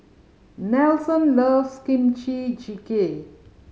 Nelson loves Kimchi Jjigae